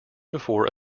before